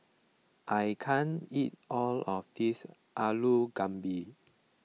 I can't eat all of this Alu Gobi